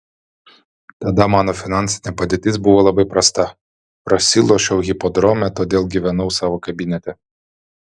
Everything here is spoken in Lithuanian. tada mano finansinė padėtis buvo labai prasta prasilošiau hipodrome todėl gyvenau savo kabinete